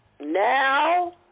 Now